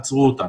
עצרו אותנו.